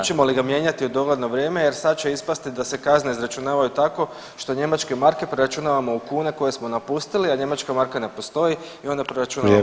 Hoćemo li ga mijenjati u dogledno vrijeme jer sad će ispasti da se kazne izračunavaju tako što njemačke marke preračunavamo u kune koje smo napustili, a njemačka marka ne postoji i onda preračunavamo u [[Upadica: Vrijeme.]] euro.